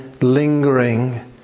lingering